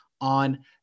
on